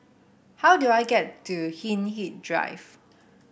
how do I get to Hindhede Drive